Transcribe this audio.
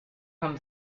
him